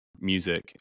music